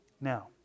Now